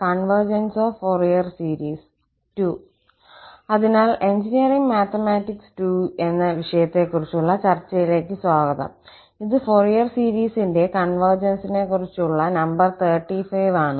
convergence of Fourier series II അതിനാൽ engineering mathematics II എന്ന വിഷയത്തെക്കുറിച്ചുള്ള ചർച്ചയിലേക്ക് സ്വാഗതം ഇത് ഫോറിയർ സീരീസിന്റെ കോൺവെർജൻസിനെ കുറിച്ചുള്ള നമ്പർ 35 ആണ്